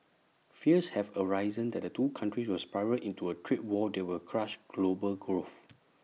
fears have arisen that the two countries will spiral into A trade war that will crush global growth